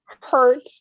hurt